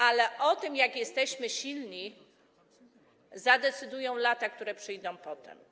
Ale o tym, jak jesteśmy silni, zadecydują lata, które przyjdą potem.